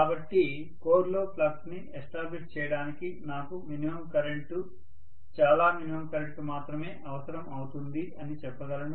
కాబట్టి కోర్ లో ఫ్లక్స్ ని ఎస్టాబ్లిష్ చేయడానికి నాకు మినిమమ్ కరెంటు చాలా మినిమమ్ కరెంటు మాత్రమే అవసరము అవుతుంది అని చెప్పగలను